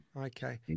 Okay